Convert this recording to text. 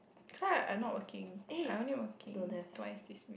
that's why I not working I only working twice this